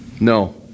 No